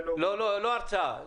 לא הרצאה.